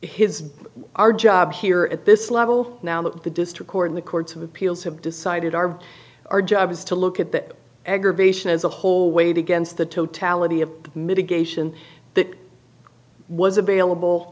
his our job here at this level now that the district court and the courts of appeals have decided are our job is to look at that aggravation as a whole weighed against the totality of mitigation that was available